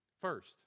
First